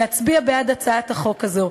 להצביע בעד הצעת החוק הזו,